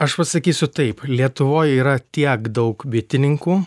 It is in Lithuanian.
aš pasakysiu taip lietuvoj yra tiek daug bitininkų